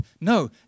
No